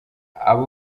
aba